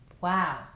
Wow